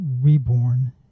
reborn